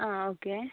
ആ ഓക്കെ